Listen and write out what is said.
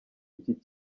iki